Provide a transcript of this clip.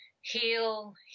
Heal